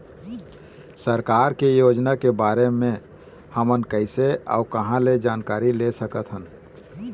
सरकार के योजना के बारे म हमन कैसे अऊ कहां ल जानकारी सकथन?